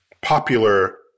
popular